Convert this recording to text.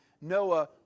Noah